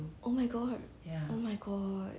oh my god oh my god